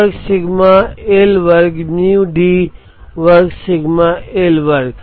वर्ग sigma L वर्ग mu D वर्ग सिग्मा एल वर्ग